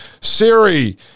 Siri